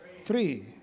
three